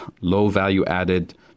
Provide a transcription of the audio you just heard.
low-value-added